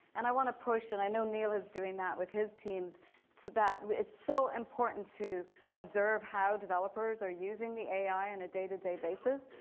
and i want to push, and i know neil is doing that with his teams to that it's so important to observe how developers are using the ai on a day-to-day basis,